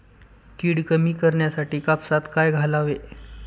कीड कमी करण्यासाठी कापसात काय घालावे?